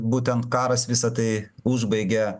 būtent karas visa tai užbaigia